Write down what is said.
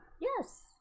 Yes